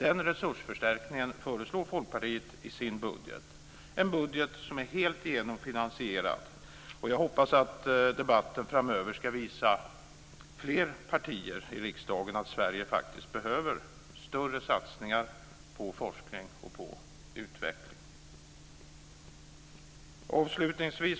Denna resursförstärkning föreslår Folkpartiet i sin budget, en budget som är helt igenom finansierad. Jag hoppas att debatten framöver ska visa fler partier i riksdagen att Sverige behöver större satsningar på forskning och på utveckling. Fru talman!